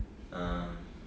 um